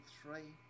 three